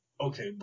Okay